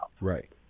Right